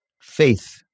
faith